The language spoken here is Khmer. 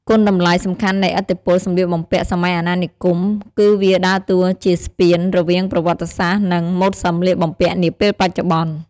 គុណតម្លៃសំខាន់នៃឥទ្ធិពលសម្លៀកបំពាក់សម័យអាណានិគម គឺវាដើរតួជាស្ពានរវាងប្រវត្តិសាស្ត្រ និង ម៉ូដសម្លៀកបំពាក់នាពេលបច្ចុបន្ន។